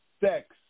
sex